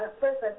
first